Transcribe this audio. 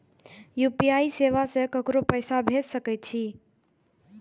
UPI सेवा से ककरो पैसा भेज सके छी?